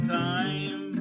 time